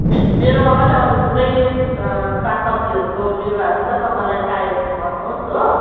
मे मेरोमा पनि अरू थुप्रै सागसब्जीहरूको बिरुवाहरू छ तपाईँलाई चाहियो भने भन्नुहोस् हो